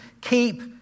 keep